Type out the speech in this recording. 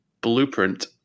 blueprint